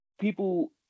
people